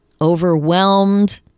overwhelmed